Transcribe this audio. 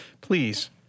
Please